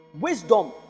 Wisdom